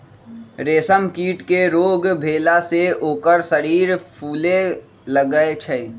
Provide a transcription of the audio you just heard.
रेशम कीट के रोग भेला से ओकर शरीर फुले लगैए छइ